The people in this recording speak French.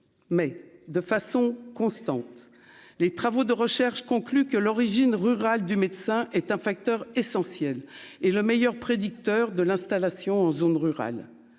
mais de façon constante, les travaux de recherches concluent que l'origine rurale du médecin est un facteur essentiel et le meilleur prédicateurs de l'installation en zone rurale,